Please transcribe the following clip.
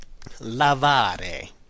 Lavare